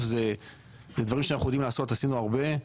זה דברים שאנחנו יודעים לעשות ועשינו הרבה,